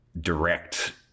direct